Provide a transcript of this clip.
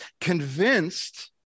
convinced